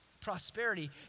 prosperity